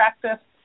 practice